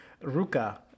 Ruka